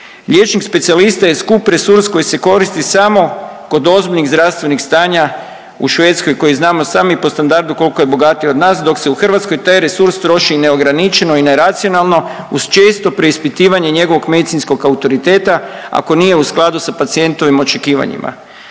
Liječnik specijalista je skup resurs koji se koristi samo kod ozbiljnih zdravstvenih stanja u Švedskoj koji znamo i sami po standardu koliko je bogatija od nas, dok se u Hrvatskoj taj resurs troši neograničeno i neracionalno uz često preispitivanje njegovog medicinskog autoriteta ako nije u skladu sa pacijentovim očekivanjima.